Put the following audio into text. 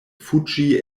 fuĝi